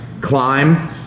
Climb